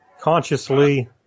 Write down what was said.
consciously